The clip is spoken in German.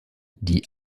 die